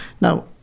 Now